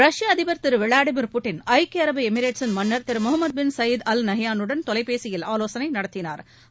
ரஷ்ய அதிபர் திரு விளாடிமிர் புட்டின் ஐக்கிய அரபு எமிரேட்சின் மன்னர் திரு முகமது பின் சையீத் அல் நஹ்யானுடன் தொலைபேசியில் ஆலோசனை நடத்தனாா்